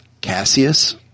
Cassius